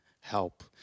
help